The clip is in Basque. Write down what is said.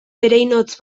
ereinotz